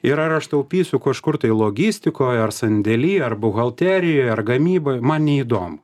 ir ar aš taupysiu kažkur tai logistikoj ar sandėly ar buhalterijoj ar gamyboj man neįdomu